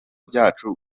byacu